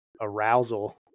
arousal